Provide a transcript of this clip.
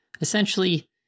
essentially